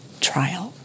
trial